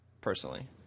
personally